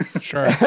sure